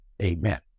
amen